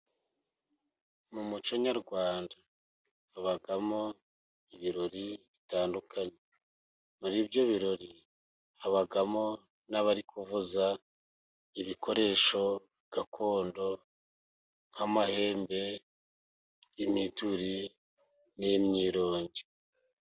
Mu muco nyarwanda habamo ibirori bitandukanye. Muri ibyo birori habamo n'abari kuvuza ibikoresho gakondo nk'amahembe, imiduri n'imyirongi.